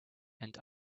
and